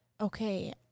okay